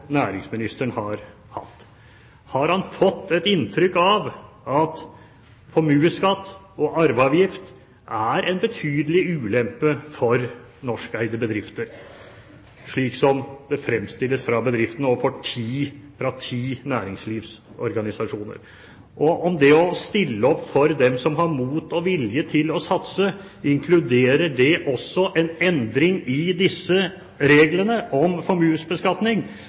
næringsministeren har hatt, har han fått et inntrykk av at formuesskatt og arveavgift er en betydelig ulempe for norskeide bedrifter, slik det fremstilles fra bedriftene og fra ti næringslivsorganisasjoner? Det å stille opp for dem som har mot og vilje til å satse, inkluderer det også en endring i disse reglene for formuesbeskatning?